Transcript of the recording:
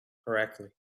correctly